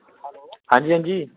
हां जी हां जी